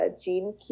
gene